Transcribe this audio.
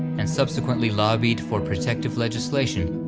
and subsequently lobbied for protective legislation,